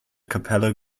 capella